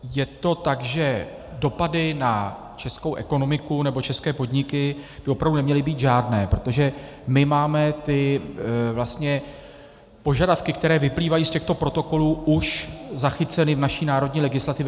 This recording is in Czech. Je to tak, že dopady na českou ekonomiku nebo české podniky by neměly být opravdu žádné, protože my máme vlastně požadavky, které vyplývají z těchto protokolů, už zachyceny v naší národní legislativě.